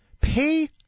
pay